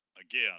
Again